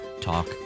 Talk